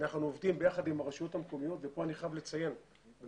אנחנו עובדים ביחד עם הרשויות המקומיות - כאן אני חייב לציין את